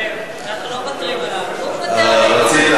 אי-אפשר לוותר על זאב,